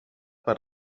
per